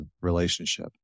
relationship